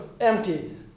emptied